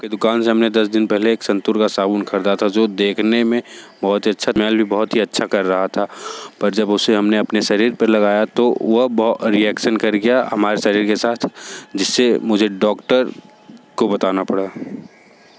एक दुकान से हमने दस दिन पहले एक संतूर का साबुन खरीदा था जो देखने में बहुत ही अच्छा स्मेल भी बहुत ही अच्छा कर रहा था पर जब उसे हमने अपने शरीर पे लगाया तो वह बा रिएक्शन कर गया हमारे शरीर के साथ जिससे मुझे डॉक्टर को बताना पड़ा